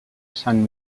saint